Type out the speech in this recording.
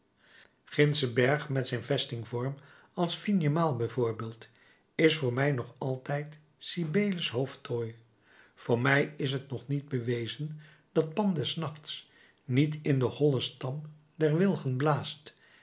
gindsche berg met zijn vestingvorm als de vignemale bij voorbeeld is voor mij nog altijd cybeles hoofdtooi voor mij is t nog niet bewezen dat pan des nachts niet in den hollen stam der wilgen blaast